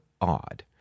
odd